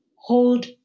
hold